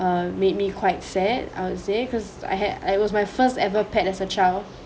um made me quite sad I would say cause I had it was my first ever pet as a child